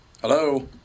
Hello